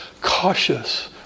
cautious